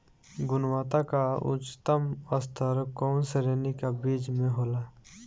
गुणवत्ता क उच्चतम स्तर कउना श्रेणी क बीज मे होला?